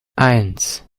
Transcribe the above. eins